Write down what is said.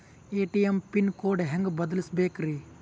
ATM pin code ಹೆಂಗ್ ಬದಲ್ಸ್ಬೇಕ್ರಿ?